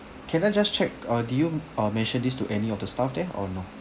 can I just check uh do you ah mentioned this to any of the staff there or no